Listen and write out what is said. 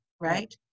Right